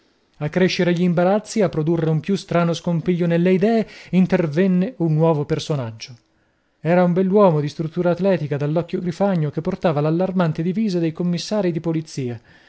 a crescere gli imbarazzi a produrre un più strano scompiglio nelle idee intervenne un nuovo personaggio era un bell'uomo di struttura atletica dall'occhio grifagno che portava l'allarmante divisa dei commissari di polizia